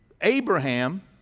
Abraham